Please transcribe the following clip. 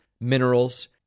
minerals